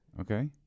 Okay